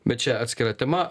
bet čia atskira tema